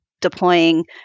deploying